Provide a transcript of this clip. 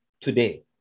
today